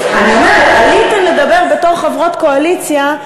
אומרת: עליתן לדבר בתור חברות קואליציה,